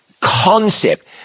concept